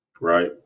right